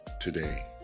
today